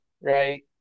right